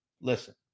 listen